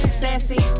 sassy